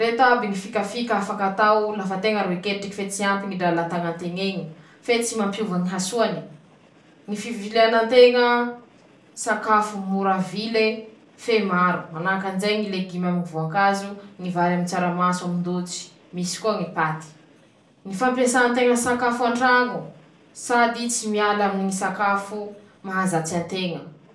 Ñy fomba hañova-tsika ñy sakafo noho ñy raha inomin-tsika hañotreha :ñy fihinanan-tsika ñy sakafo voajanahary no sady voa karakara soa ;manahaky anizay koa ñy fañenan-tsika ñy fihinanan-tsika raha finomy misy kalôry noho siramamy ;manahaky anizay avao ñy fañampeatsika ñy proteiny noho ñy fibra aminy ñy jabo jaboetsika.